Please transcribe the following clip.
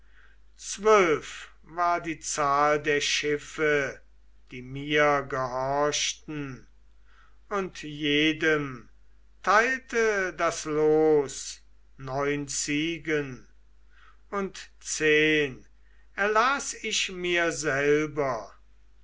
zwölf war die zahl der schiffe die mir gehorchten und jedem teilte das los neun ziegen und zehn erlas ich mir selber